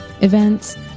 events